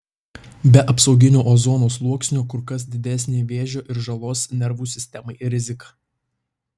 be apsauginio ozono sluoksnio kur kas didesnė vėžio ir žalos nervų sistemai rizika